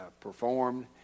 performed